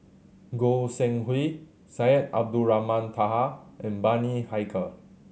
Goi Seng Hui Syed Abdulrahman Taha and Bani Haykal